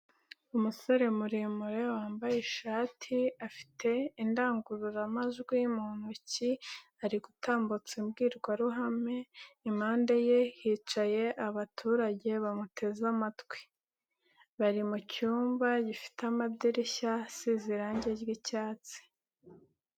Umusore muremure wambaye ishati afite indangururamajwi mu ntoki ari gutambutse imbwirwaruhame, impande ye hicaye abaturage bamuteze amatwi, bari mu cyumba gifite amadirishya asize irangi ry'icyatsi.